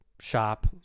shop